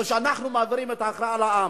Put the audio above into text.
או שאנחנו מעבירים את ההכרעה לעם.